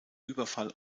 überfall